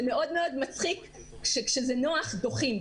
זה מאוד-מאוד מצחיק שכשזה נוח דוחים.